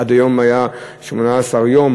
עד היום ניתנו 18 יום